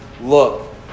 Look